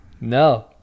No